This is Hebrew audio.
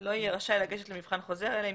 לא יהיה רשאי לגשת למבחן חוזר אלא אם